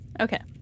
Okay